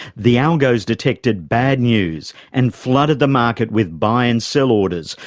the algos detected bad news and flooded the market with buy and sell orders,